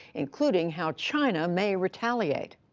including how china may retaliate.